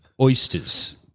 oysters